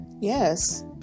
Yes